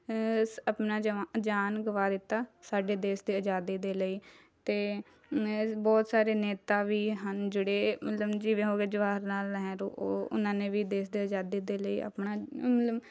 ਆਪਣਾ ਜਮ ਜਾਨ ਗਵਾ ਦਿੱਤਾ ਸਾਡੇ ਦੇਸ ਦੇ ਅਜ਼ਾਦੀ ਦੇ ਲਈ ਅਤੇ ਬਹੁਤ ਸਾਰੇ ਨੇਤਾ ਵੀ ਹਨ ਜਿਹੜੇ ਮਤਲਬ ਜਿਵੇਂ ਹੋ ਗਿਆ ਜਵਾਹਰ ਲਾਲ ਨਹਿਰੂ ਉਹ ਉਹਨਾਂ ਨੇ ਵੀ ਦੇਸ ਦੀ ਅਜ਼ਾਦੀ ਦੇ ਲਈ ਆਪਣਾ ਮਤਲਬ